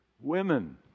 Women